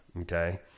okay